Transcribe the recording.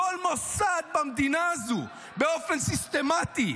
כל מוסד במדינה הזו באופן סיסטמטי,